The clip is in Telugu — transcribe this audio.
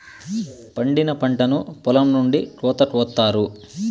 పండిన పంటను పొలం నుండి కోత కొత్తారు